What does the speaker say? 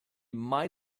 might